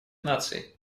наций